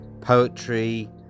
poetry